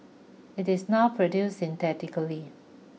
it is now produced synthetically